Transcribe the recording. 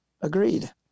Agreed